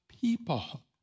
people